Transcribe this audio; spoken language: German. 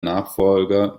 nachfolger